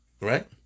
Right